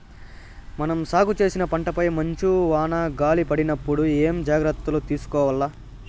మనం సాగు చేసిన పంటపై మంచు, వాన, గాలి పడినప్పుడు ఏమేం జాగ్రత్తలు తీసుకోవల్ల?